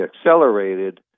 accelerated